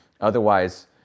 Otherwise